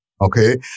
Okay